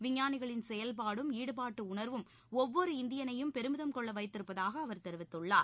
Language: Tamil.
விஞ்ஞானிகளின் செயல்பாடும் ஈடுபாட்டு உணர்வும் ஒவ்வொரு இந்தியனையும் பெருமிதம் கொள்ள வைத்திருப்பதாக அவர் தெரிவித்துள்ளார்